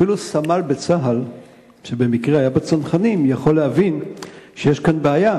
אפילו סמל בצה"ל שבמקרה היה בצנחנים יכול להבין שיש כאן בעיה.